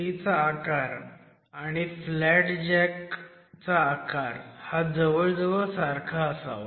फटीचा आकार आणि flat jack चा आकार हा जवळजवळ सारखा असावा